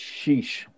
Sheesh